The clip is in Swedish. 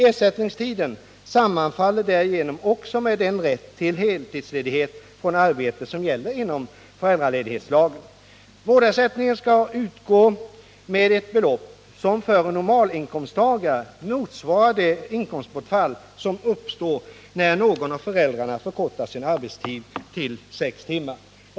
Ersättningstiden sammanfaller därigenom också med den rätt till heltidsledighet från arbetet som gäller enligt föräldraledighetslagen. Vårdnadsersättning skall utgå med ett belopp som för en normalinkomsttagare motsvarar det inkomstbortfall som uppstår när någon av föräldrarna förkortar sin arbetstid till sex timmar.